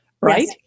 right